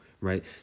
right